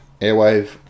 Airwave